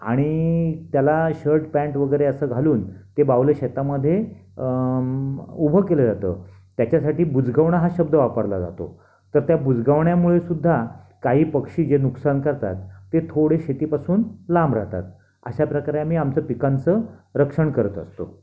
आणि त्याला shirt pant वगेरे असं घालून ते बाहुलं शेतामध्ये उभं केलं जातं त्याच्यासाठी बुजगावणं हा शब्द वापरला जातो तर त्या बुजगावण्यामुळेसुद्धा काही पक्षी जे नुकसान करतात ते थोडे शेतीपासून लांब राहतात अशा प्रकारे आम्ही आमच्या पिकांचं रक्षण करत असतो